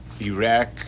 Iraq